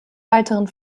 weiteren